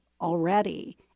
already